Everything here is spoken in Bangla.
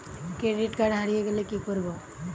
ক্রেডিট কার্ড হারিয়ে গেলে কি করব?